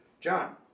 John